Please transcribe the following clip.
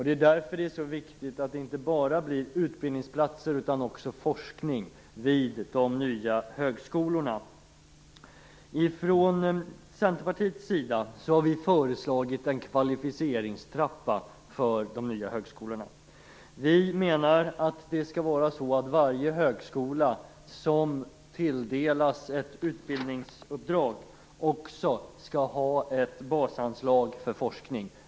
Det är därför det är så viktigt att det inte bara blir utbildningsplatser utan också forskning vid de nya högskolorna. Vi i Centerpartiet har föreslagit en kvalificeringstrappa för de nya högskolorna. Vi menar att varje högskola som tilldelas ett utbildningsuppdrag också skall ha ett basanslag för forskning.